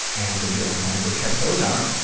and if you ever wanna go check those out,